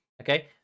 Okay